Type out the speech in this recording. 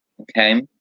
Okay